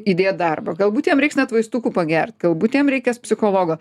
įdėt darbo galbūt jam reiks net vaistukų pagert galbūt jam reikės psichologo